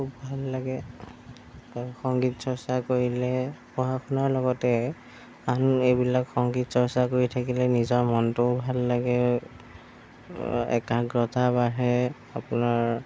খুব ভাল লাগে সংগীত চৰ্চা কৰিলে পঢ়া শুনাৰ লগতে আন এইবিলাক সংগীত চৰ্চা কৰি থাকিলে নিজৰ মনটোও ভাল লাগে একাগ্ৰতা বাঢ়ে আপোনাৰ